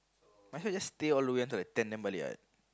might as well just stay all the way until like ten then balik what